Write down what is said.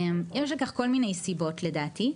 יש לכך כל מיני סיבות לדעתי,